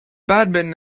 badminton